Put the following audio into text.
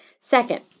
Second